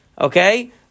okay